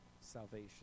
salvation